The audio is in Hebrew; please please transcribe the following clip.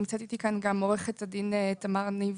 נמצאת איתי כאן גם עורכת הדין תמר ניב